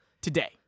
today